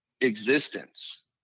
existence